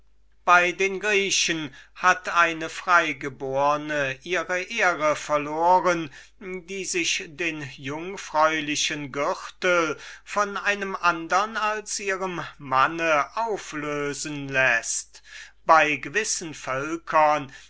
bei den griechen hat eine freigeborne ihre ehre verloren die sich den jungfräulichen gürtel von einem andern als ihrem manne auflösen läßt bei gewissen